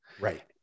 Right